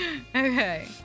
Okay